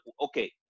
okay